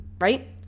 right